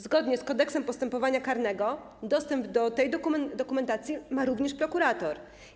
Zgodnie z Kodeksem postępowania karnego dostęp do tej dokumentacji ma również prokurator.